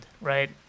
right